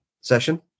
session